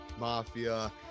Mafia